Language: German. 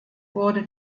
wurde